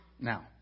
Now